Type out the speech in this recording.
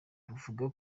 ruvuga